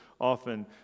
often